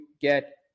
get